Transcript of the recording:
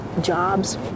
jobs